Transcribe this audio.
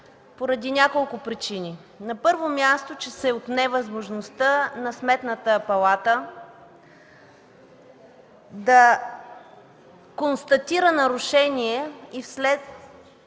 поради няколко причини. На първо място, че се отне възможността на Сметната палата да констатира нарушения и след